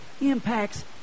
impacts